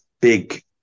big